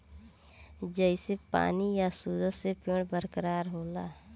जइसे पानी आ सूरज से पेड़ बरका होला